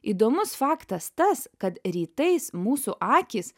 įdomus faktas tas kad rytais mūsų akys